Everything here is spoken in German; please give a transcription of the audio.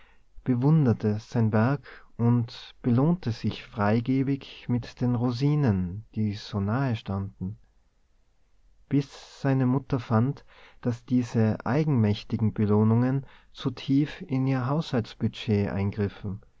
bewunderte sein werk und belohnte sich freigebig mit den rosinen die so nahe standen bis seine mutter fand daß diese eigenmächtigen belohnungen zu tief in ihr haushaltungsbudget eingriffen